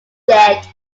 dead